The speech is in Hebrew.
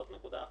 זאת נקודה אחת.